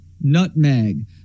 nutmeg